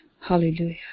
Hallelujah